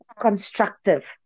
constructive